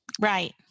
Right